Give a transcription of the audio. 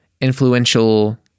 influential